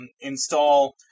install